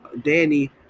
Danny